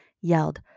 yelled